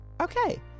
okay